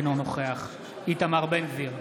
אינו נוכח איתמר בן גביר,